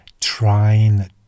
trying